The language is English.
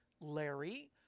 Larry